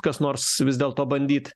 kas nors vis dėlto bandyt